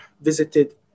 visited